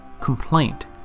complaint